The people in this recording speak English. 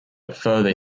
further